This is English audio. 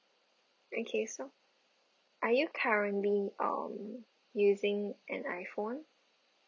okay so are you currently um using an iPhone